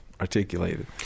articulated